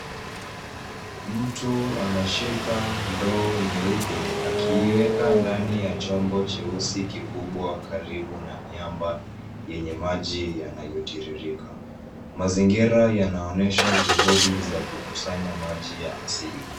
Mtu anashika ndoo nyeupe akiiweka ndani ya chombo cheusi kikubwa karibu na miamba yenye maji yanayo tiririka. Mazingira yanaonyesha juhudi za kukusanya maji ya asili.